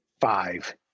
five